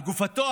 על גופתו.